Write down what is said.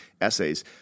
essays